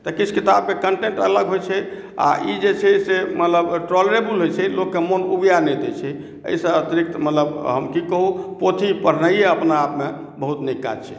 तऽ किछ किताबके कन्टेन्ट अलग होइत छै आ ई जे छै से मतलब ट्रोलेरेबल होइत छै लोककेँ उबियाए नहि दैत छै एहिसँ अतिरिक्त मतलब हम की कहू पोथी पढ़नाइये अपना आपमे बहुत नीक काज छै